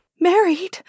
Married